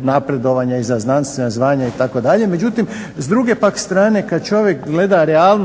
napredovanja i za znanstvena zvanja itd., međutim s druge pak strane kad čovjek gleda realnost